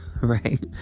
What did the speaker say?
right